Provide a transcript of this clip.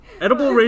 edible